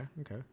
okay